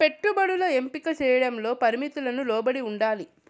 పెట్టుబడులు ఎంపిక చేయడంలో పరిమితులకు లోబడి ఉండాలి